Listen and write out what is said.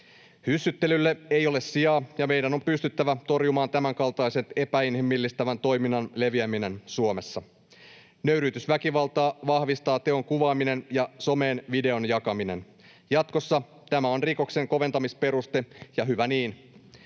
Hyssyttelylle ei ole sijaa, ja meidän on pystyttävä torjumaan tämänkaltaisen epäinhimillistävän toiminnan leviäminen Suomessa. Nöyryytysväkivaltaa vahvistaa teon kuvaaminen ja someen videon jakaminen. Jatkossa tämä on rikoksen koventamisperuste, ja hyvä niin.